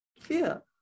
fear